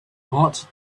heart